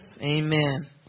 Amen